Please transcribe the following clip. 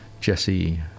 Jesse